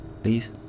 Please